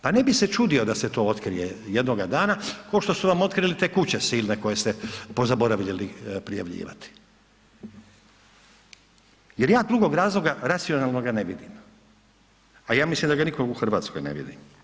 Pa ne bi se čudio da se to otkrije jednoga dana košto su nam otkrili te kuće silne koje ste pozaboravljali prijavljivati jer ja drugog razloga racionalnog ne vidim, a ja mislim da ga nitko u Hrvatskoj ne vidi.